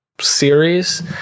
series